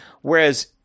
whereas